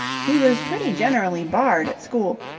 he was pretty generally barred at school.